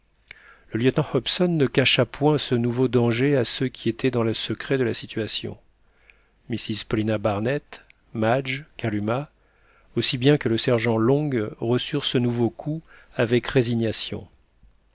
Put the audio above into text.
le lieutenant hobson ne cacha point ce nouveau danger à ceux qui étaient dans le secret de la situation mrs paulina barnett madge kalumah aussi bien que le sergent long reçurent ce nouveau coup avec résignation